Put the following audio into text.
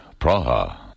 Praha